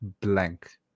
blank